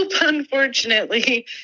Unfortunately